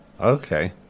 Okay